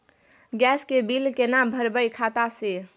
Gas के bill केना भरबै खाता से?